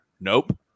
Nope